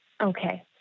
Okay